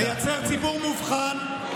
נייצר ציבור מובחן,